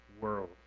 world